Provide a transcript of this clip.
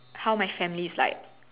how my family is like